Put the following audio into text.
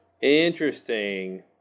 Interesting